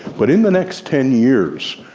but in the next ten years,